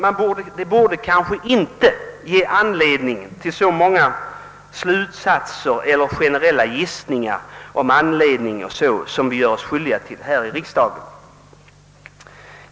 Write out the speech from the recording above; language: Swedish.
Det borde kanske inte ge anledning till så många generella slutsatser eller gissningar, som vi gör oss skyldiga till här i riksdagen.